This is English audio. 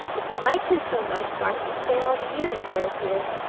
if you like here so much why don't you stay all the year? inquired peter.